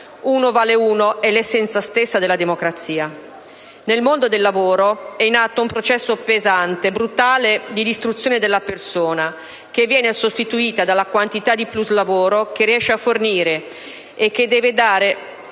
uno vale uno è l'essenza stessa della democrazia. Nel mondo del lavoro è in atto un processo pesante e brutale di distruzione della persona, che viene sostituta dalla quantità di pluslavoro che riesce a fornire e che deve essere